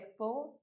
Expo